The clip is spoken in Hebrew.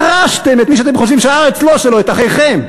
גירשתם את מי שאתם חושבים שהארץ לא שלו, את אחיכם.